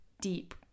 deep